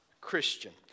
Christian